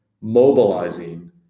mobilizing